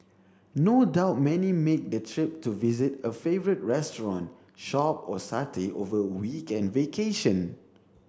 no doubt many make the trip to visit a favourite restaurant shop or satay over a weekend vacation